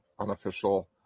Unofficial